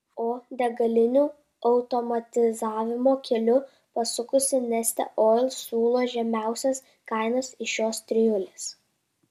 o degalinių automatizavimo keliu pasukusi neste oil siūlo žemiausias kainas iš šios trijulės